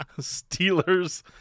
Steelers –